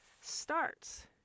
starts